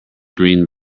green